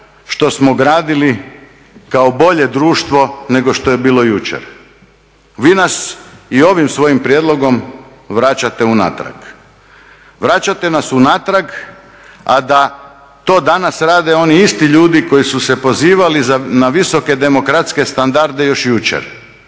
što smo gradili kao bolje društvo nego što je bilo jučer. Vi nas i ovim svojim prijedlogom vraćate unatrag. Vraćate nas unatrag. Vraćate nas unatrag a da to danas rade oni isti ljudi koji su se pozivali na visoke demokratske standarde još jučer